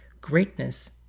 greatness